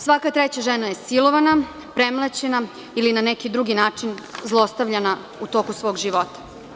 Svaka treća žena je silovana, premlaćena ili na neki drugi način zlostavljena u toku svog života.